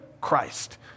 Christ